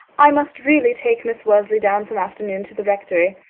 i must really take miss worsley down some afternoon to the rectory.